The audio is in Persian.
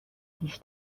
پیش